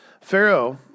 Pharaoh